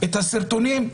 את הסרטונים,